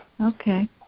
Okay